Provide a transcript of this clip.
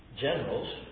generals